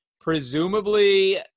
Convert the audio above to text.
Presumably